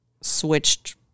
switched